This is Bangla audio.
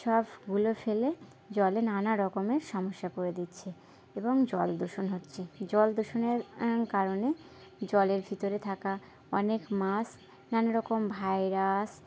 সবগুলো ফেলে জলে নানা রকমের সমস্যা করে দিচ্ছে এবং জল দূষণ হচ্ছে জল দূষণের কারণে জলের ভিতরে থাকা অনেক মাছ নানা রকম ভাইরাস